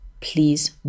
please